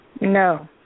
No